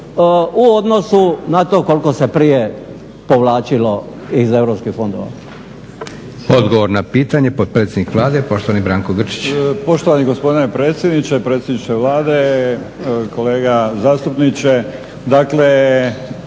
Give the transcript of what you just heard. u odnosu na to koliko se prije povlačilo iz europskih fondova. **Leko, Josip (SDP)** Odgovor na pitanje, potpredsjednik Vlade poštovani Branko Grčić. **Grčić, Branko (SDP)** Poštovani gospodine predsjedniče, predsjedniče Vlade, kolega zastupniče. Dakle,